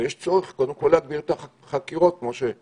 ויש צורך קודם כול להגדיל את החקירות והבדיקות,